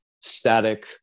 static